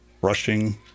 brushing